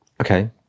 Okay